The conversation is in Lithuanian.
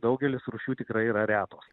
daugelis rūšių tikrai yra retos